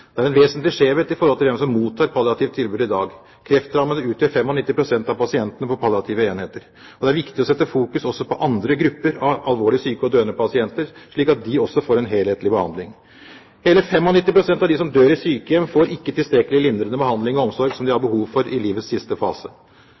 Det er en vesentlig skjevhet i forhold til hvem som mottar et palliativt tilbud i dag. Kreftrammede utgjør 95 pst. av pasientene på palliative enheter. Det er viktig å sette fokus også på andre grupper av alvorlig syke og døende pasienter, slik at de også får en helhetlig behandling. Hele 95 pst. av de som dør i sykehjem, får ikke den tilstrekkelige lindrende behandling og omsorg som de har